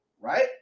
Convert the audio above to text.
right